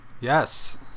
Yes